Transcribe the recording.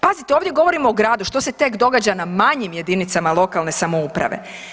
Pazite, ovdje govorimo o gradu, što se tek događa na manjim jedinicama lokalne samouprave?